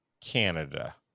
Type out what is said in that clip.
canada